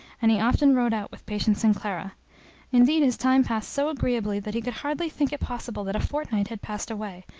and he often rode out with patience and clara indeed his time passed so agreeably that he could hardly think it possible that a fortnight had passed away,